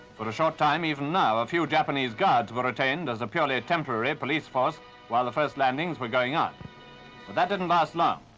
for short time even now, a few japanese guards were retained as a purely temporary police force while the first landings were going on. but that didn't last long.